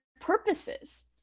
purposes